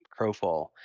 Crowfall